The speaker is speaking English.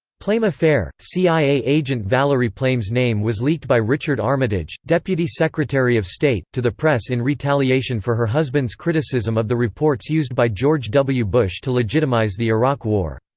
plame affair cia agent valerie plame's name was leaked by richard armitage, deputy secretary of state, to the press in retaliation for her husband's criticism of the reports used by george w. bush to legitimize the iraq war.